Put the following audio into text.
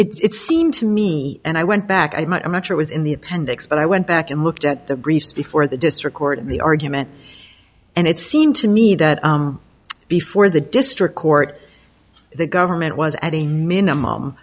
but it's seemed to me and i went back i might i'm not sure was in the appendix but i went back and looked at the briefs before the district court in the argument and it seemed to me that before the district court the government was at a minimum